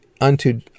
unto